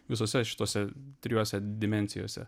visose šitose trijose dimensijose